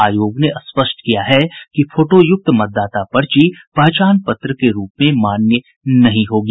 आयोग ने स्पष्ट किया है कि फोटोयुक्त मतदाता पर्ची पहचान पत्र के रूप में मान्य नहीं होगी